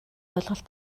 ойлголт